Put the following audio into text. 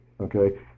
Okay